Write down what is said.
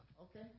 Okay